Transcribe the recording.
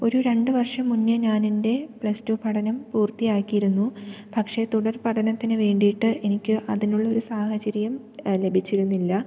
ഒരു രണ്ടുവർഷം മുന്നേ ഞാനെൻ്റെ പ്ലസ് ടൂ പഠനം പൂർത്തിയാക്കിയിരുന്നു പക്ഷേ തുടർപഠനത്തിനു വേണ്ടിയിട്ട് എനിക്ക് അതിനുള്ള ഒരു സാഹചര്യം ലഭിച്ചിരുന്നില്ല